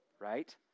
right